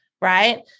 right